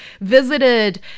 visited